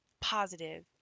positive